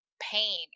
Pain